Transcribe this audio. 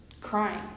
crying